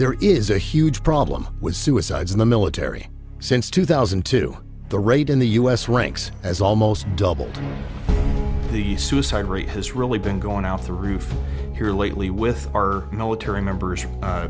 there is a huge problem with suicides in the military since two thousand and two the rate in the us ranks as almost double the the suicide rate has really been going out the roof here lately with our military members